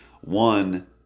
One